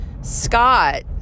Scott